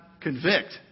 convict